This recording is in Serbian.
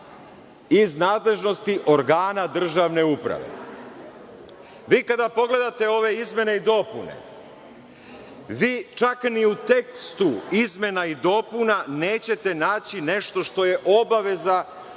iz nadležnosti organa državne uprave. Kada pogledate ove izmene i dopune, čak ni u tekstu izmena i dopuna nećete naći nešto što je obaveza,